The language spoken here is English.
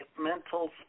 mental